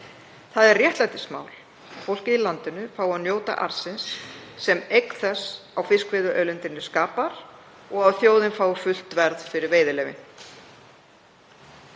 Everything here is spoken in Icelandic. Það er réttlætismál að fólkið í landinu fái að njóta arðsins sem eign þess á fiskveiðiauðlindinni skapar og að þjóðin fái fullt verð fyrir veiðileyfi.